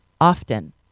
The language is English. often